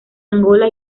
angola